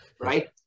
right